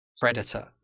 predator